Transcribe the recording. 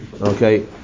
Okay